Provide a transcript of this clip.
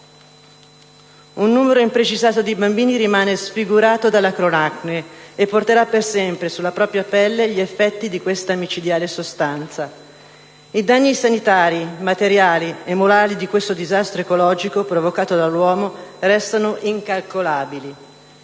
Un numero imprecisato di bambini rimane sfigurato dalla cloracne e porterà per sempre sulla propria pelle gli effetti di questa micidiale sostanza. I danni sanitari, materiali e morali di questo disastro ecologico provocato dall'uomo restano incalcolabili.